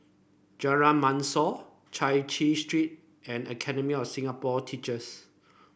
Jalan Mashor Chai Chee Street and Academy of Singapore Teachers